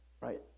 right